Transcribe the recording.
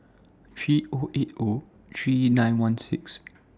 three O eight O three nine one six